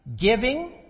giving